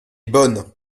bonnes